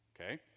okay